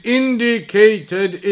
indicated